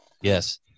Yes